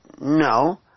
No